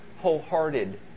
wholehearted